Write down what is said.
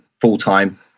full-time